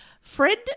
Fred